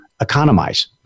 economize